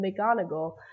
McGonagall